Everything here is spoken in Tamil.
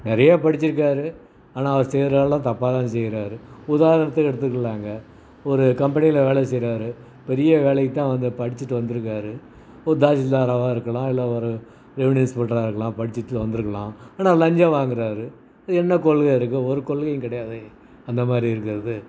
நிறைய படிச்சிருக்கார் ஆனால் அவர் செய்யறதுலாம் தப்பாகதான் செய்யறாரு உதாரணத்துக்கு எடுத்துக்கலாங்க ஒரு கம்பெனியில வேலை செய்யறாரு பெரிய வேலைக்குதான் வந்து படிச்சிவிட்டு வந்துருக்கார் ஒரு தாசில்தாராக இருக்கலாம் இல்லை ஒரு ரெவன்யூ இன்ஸ்பெக்டராக இருக்கலாம் படிச்சிவிட்டு வந்துருக்கலாம் ஆனா லஞ்சம் வாங்குறார் என்ன கொள்கை இருக்கு ஒரு கொள்கையும் கிடையாது அந்தமாதிரி இருக்கிறது